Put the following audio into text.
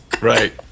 Right